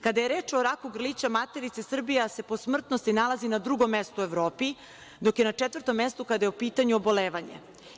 Kada je reč o raku grlića materice, Srbija se po smrtnosti nalazi na drugom mestu u Evropi, dok je na četvrtom mestu kada je u pitanju obolevanje.